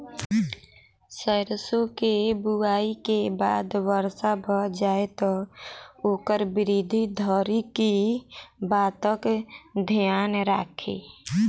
सैरसो केँ बुआई केँ बाद वर्षा भऽ जाय तऽ ओकर वृद्धि धरि की बातक ध्यान राखि?